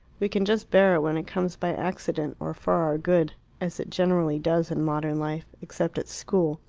we can just bear it when it comes by accident or for our good as it generally does in modern life except at school.